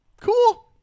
cool